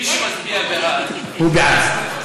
מי שמצביע בעד, הוא בעד.